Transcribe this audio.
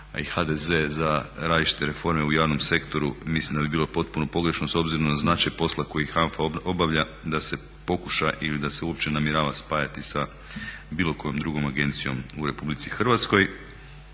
HDZ za različite reforme u javnom sektoru mislim da bi bilo potpuno pogrešno s obzirom na značaj posla koji HANFA obavlja da se pokuša ili da se uopće namjerava spajati sa bilo kojom drugom agencijom u Republici Hrvatskoj.